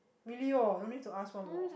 really oh don't need to ask one [wor]